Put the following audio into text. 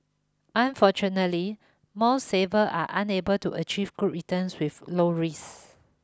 unfortunately most savers are unable to achieve good returns with low risks